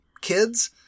Kids